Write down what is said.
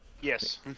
Yes